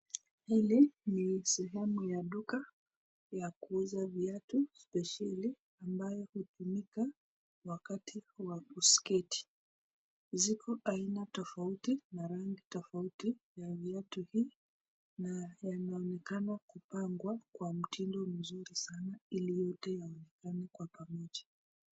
Hili ni sehemu ya duka ya kuuza viatu specieli ambayo hutumika wakati wa sketi. Ziko aina tofauti na rangi tofauti ya viatu hii na yanaonekana kupangwa kwa mtindo mzuri sana ili yote yaonekane kwa pamoja.